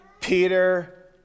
Peter